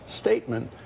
statement